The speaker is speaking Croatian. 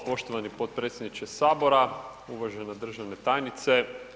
Hvala poštovani potpredsjedniče Sabora, uvažena državna tajnice.